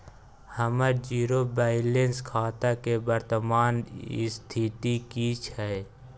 हमर zero balance खाता के वर्तमान स्थिति की छै?